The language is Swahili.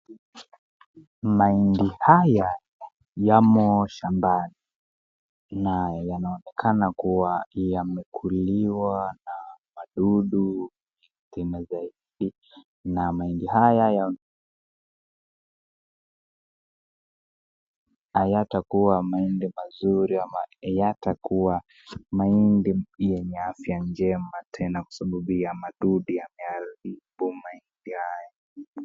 Mahindi haya yamo shambani na yanaonekana kuwa yamekuliwa na wadudu tena zaidi na mahindi hayatakuwa mahindi mazuri ama hayatakuwa mahindi yenye afya njema tena kwa sababu ya wadudu wameharibu mahindi haya.